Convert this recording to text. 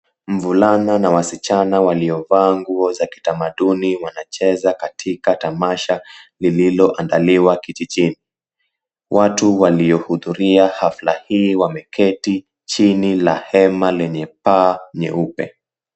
Mvulana na wasichana waliovaa nguo za kitamaduni wanacheza katika tamasha lililoandaliwa kijijini. Watu waliohudhuria hafla hii wameketi chini la hema lenye paa nyeupe.